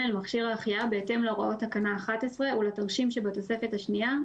אל מכשיר ההחייאה בהתאם להוראות תקנה 11 ולתרשים שבתוספת השנייה,